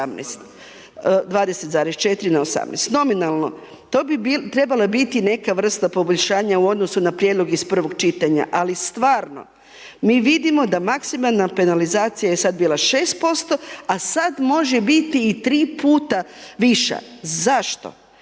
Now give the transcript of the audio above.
20,4% na 18%, nominalno to bi trebala biti neka vrsta poboljšanja u odnosu na prijedlog iz prvog čitanja, ali stvarno mi vidimo da maksimalna penalizacija je sad bila 6%, a sad može biti i 3 puta viša. Zašto?